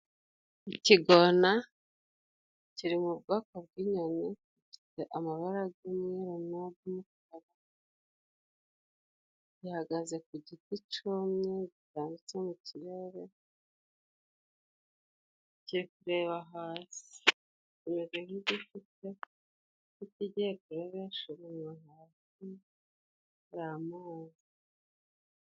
Ikigona kiri mu bwoko bw'inyoni， gifite amabara g’umweru n’ag’umukara， gihagaze ku giti cumye gitambitse mu kirere， kiri kureba hasi，kimeze nk’ikigiye kurebesha umunwa hasi, ....（？？？？）